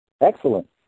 Excellent